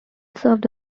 served